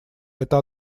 это